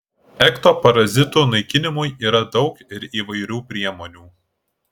ekto parazitų naikinimui yra daug ir įvairių priemonių